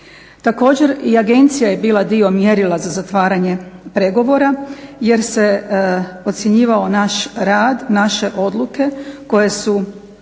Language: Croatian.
Također, i agencija je bila dio mjerila za zatvaranje pregovora jer se ocjenjivao naš rad, naše odluke koje su